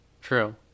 True